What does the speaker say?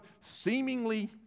seemingly